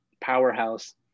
powerhouse